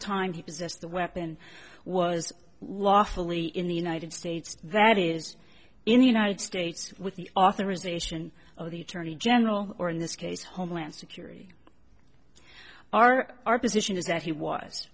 time he possess the weapon was lawfully in the united states that is in the united states with the authorization of the attorney general or in this case homeland security are our position is that he was